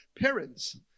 Parents